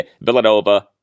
Villanova